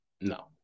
No